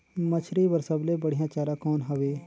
मछरी बर सबले बढ़िया चारा कौन हवय?